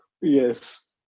Yes